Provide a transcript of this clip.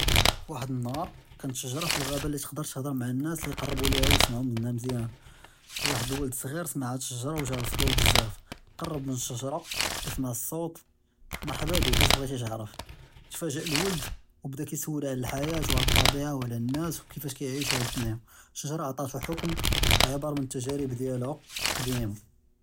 ואחד אלנהאר כנת שג’רה פג’עהבה אלי תג’דר תיהדר מעאל נאס אלי יקרבו לה ויוסףו מהא מזיאן, ואחד אלולד צעיר שמע האד אלשג’רה וג’אה אלפדול בזאף, קרב מן אלשג’רה וסמע אלסוט. מרחבא בך, אש בג’ית תערף? תפהאג’ אלולד ובדה כיסול עלא אלחיאא ועלא אלטביעה ועלא אלנאס וכיפאש כיעישו האד אלאעלם. אלשג’רה עטאתו חכם ו’עבר מן אלתג’אריב דיאלها אלקדימה.